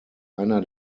einer